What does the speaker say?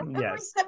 Yes